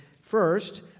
first